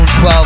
12